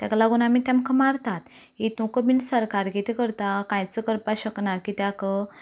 ताका लागून आमी तेमकां मारतात हातूंत बी सरकार कितें करता कांयच करपाक शकना कित्याक